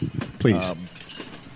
please